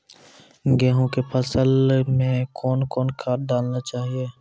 गेहूँ के फसल मे कौन कौन खाद डालने चाहिए?